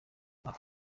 aha